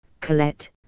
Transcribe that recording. Colette